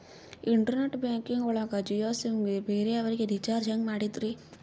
Internet banking ಒಳಗ Jio sim ಗೆ ಬೇರೆ ಅವರಿಗೆ ರೀಚಾರ್ಜ್ ಹೆಂಗ್ ಮಾಡಿದ್ರಿ?